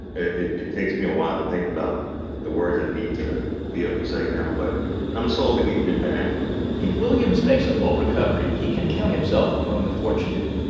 it it takes me a while to think about the words i need to be able to say now, but i'm slowly getting it back if williams makes a full recovery, he can count himself among the fortunate.